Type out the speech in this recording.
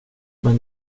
men